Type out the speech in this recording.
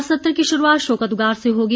आज सत्र की शुरुआत शोकोदगार से होगी